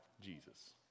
Jesus